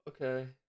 okay